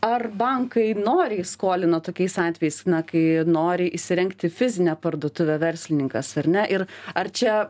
ar bankai noriai skolina tokiais atvejais na kai nori įsirengti fizinę parduotuvę verslininkas ar ne ir ar čia